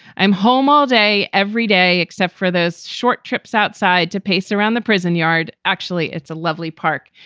i'm home all day, every day, except for those short trips outside to pace around the prison yard. actually, it's a lovely park,